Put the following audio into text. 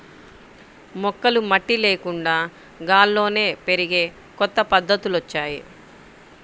మొక్కలు మట్టి లేకుండా గాల్లోనే పెరిగే కొత్త పద్ధతులొచ్చాయ్